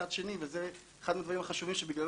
מצד שני, וזה אחד מהדברים החשובים שבגללו